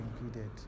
included